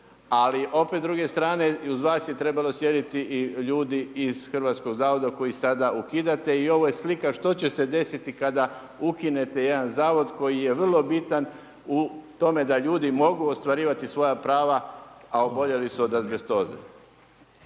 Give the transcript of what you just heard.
ali opet s druge strane uz vas je trebalo sjediti i ljudi iz Hrvatskog zavoda koji sada ukidate, i ovo je slika što će se desiti kada ukinete jedan Zavod koji je vrlo bitan u tome da ljudi mogu ostvarivati svoja prava a oboljeli su od azbestoze.